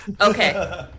Okay